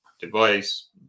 device